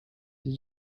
did